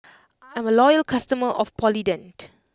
I'm a loyal customer of Polident